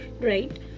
right